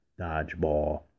dodgeball